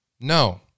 No